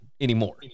anymore